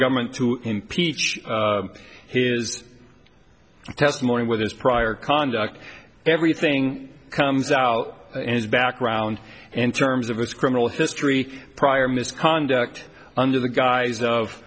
government to impeach his testimony with his prior conduct everything comes out in his background and terms of his criminal history prior misconduct under the guise of